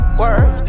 work